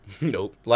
Nope